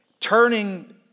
Turning